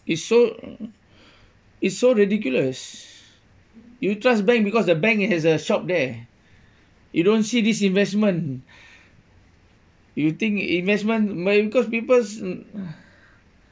it's so it's so ridiculous you trust bank because the bank has a shop there you don't see this investment you think investment maybe cause people's mm